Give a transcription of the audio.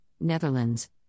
Netherlands